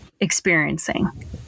experiencing